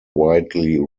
widely